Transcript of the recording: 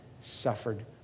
suffered